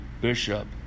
bishop